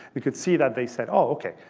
we could see that they said ok,